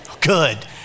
Good